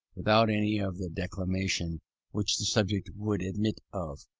without any of the declamation which the subject would admit of,